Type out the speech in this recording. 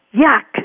Yuck